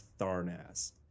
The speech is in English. Tharnas